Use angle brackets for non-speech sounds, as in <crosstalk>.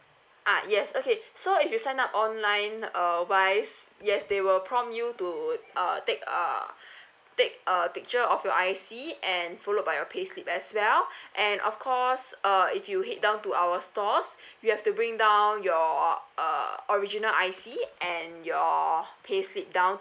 ah yes okay so if you sign up online uh wise yes they will prom you to uh take a <breath> take a picture of your I_C and followed by your payslip as well <breath> and of course uh if you head down to our stores <breath> you have to bring down your uh original I_C and your payslip down